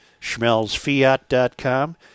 SchmelzFiat.com